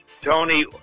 Tony